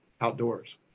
outdoors